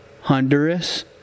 Honduras